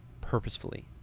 purposefully